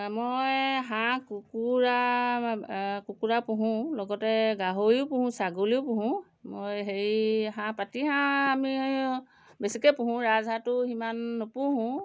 মই হাঁহ কুকুৰা কুকুৰা পোহোঁ লগতে গাহৰিও পোহোঁ ছাগলীও পোহোঁ মই সেই হাঁহ পাতি হাঁহ আমি বেছিকৈ পোহোঁ ৰাজহাঁহটো সিমান নোপোহোঁ